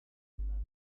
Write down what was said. porcelana